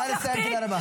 נא לסיים, תודה רבה.